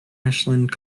ashland